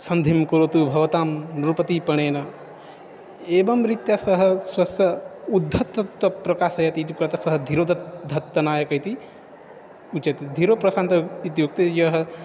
सन्धिं करोतु भवतां रूपदीपनेन एवं रीत्या सः स्वस्य उद्धत्तत्वं प्रकाशयति इति कृतः सः धीरोदत्तः धत्तनायकः इति उच्यते धीरोप्रशान्तः इत्युक्ते यः